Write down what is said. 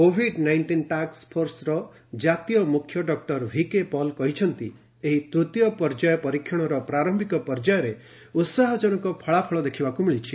Covid nineteen task ଫୋର୍ସର ଜାତୀୟ ମୁଖ୍ୟ ଡକ୍ଟର ଭିକେପଲ୍ କହିଛନ୍ତି ଏହି ତୃତୀୟ ପର୍ଯ୍ୟାୟ ପରୀକ୍ଷଣର ପ୍ରାରମ୍ଭିକ ପର୍ଯ୍ୟାୟରେ ଉହାହଜନକ ଫଳାଫଳ ଦେଖିବାକୁ ମିଳିଛି